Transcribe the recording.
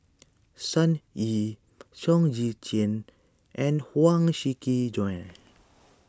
Sun Yee Chong Tze Chien and Huang Shiqi Joan